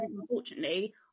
Unfortunately